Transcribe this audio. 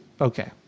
Okay